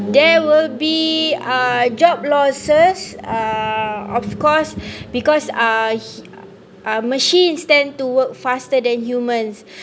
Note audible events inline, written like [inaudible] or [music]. there will be uh job losses uh of course [breath] because uh machines tend to work faster than humans [breath]